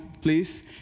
please